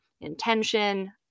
intention